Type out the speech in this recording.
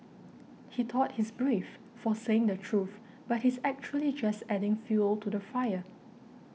he thought he's brave for saying the truth but he's actually just adding fuel to the fire